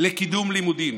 לקידום לימודים.